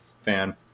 fan